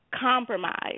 compromise